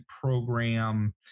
program